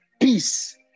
Peace